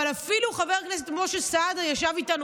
אבל אפילו חבר הכנסת משה סעדה ישב איתנו